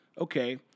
Okay